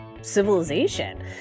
civilization